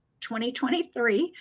2023